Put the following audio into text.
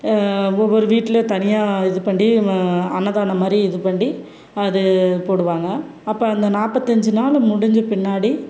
ஒவ்வொரு வீட்டில் தனியாக இது பண்ணி அன்னதானம் மாதிரி இது பண்ணி அது போடுவாங்க அப்போ அந்த நாற்பத்தஞ்சி நாள் முடிஞ்ச பின்னாடி